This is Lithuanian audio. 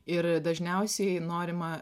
ir dažniausiai norima